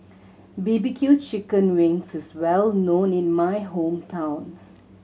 B B Q chicken wings is well known in my hometown